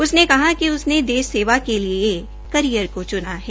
उसने कहा कि उसे देश सेवा के लिए इस कैरियर को चुना है